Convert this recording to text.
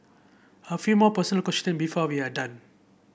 a few more personal question before we are done